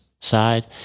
side